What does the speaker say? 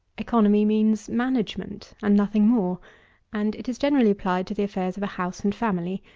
economy means management, and nothing more and it is generally applied to the affairs of a house and family,